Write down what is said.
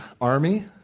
army